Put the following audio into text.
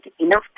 enough